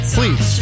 Please